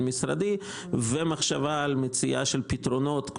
משרדי ומחשבה על מציאה של פתרונות,